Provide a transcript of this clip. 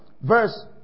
Verse